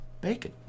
bacon